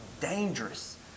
dangerous